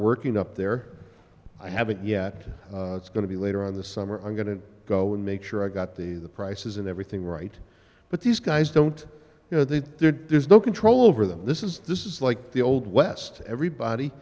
working up there i haven't yet it's going to be later on this summer i'm going to go and make sure i got the the prices and everything right but these guys don't you know there's no control over them this is this is like the old west everybody